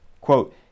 quote